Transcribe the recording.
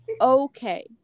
Okay